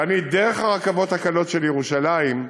דרך הרכבות הקלות של ירושלים,